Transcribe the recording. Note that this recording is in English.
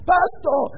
Pastor